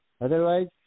Otherwise